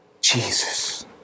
Jesus